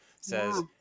says